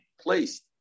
placed